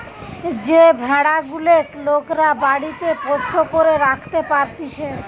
যে ভেড়া গুলেক লোকরা বাড়িতে পোষ্য করে রাখতে পারতিছে